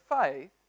faith